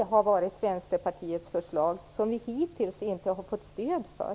Det har varit Vänsterpartiets förslag som vi hittills inte har fått stöd för.